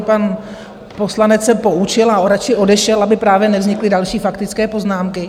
Pan poslanec se poučil a radši odešel, aby právě nevznikly další faktické poznámky.